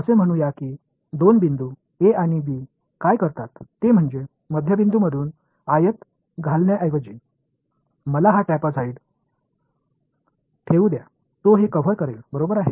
तर हे असे म्हणूया की 2 बिंदू a आणि b काय करतात ते म्हणजे मध्यबिंदूमधून आयत घालण्याऐवजी मला हा ट्रॅपेझियम ठेऊ द्या तो हे कव्हर करेल बरोबर आहे